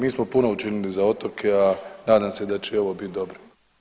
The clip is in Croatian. Mi smo puno učinili za otoke, a nadam se da će i ovo biti dobro.